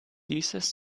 dieses